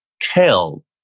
tell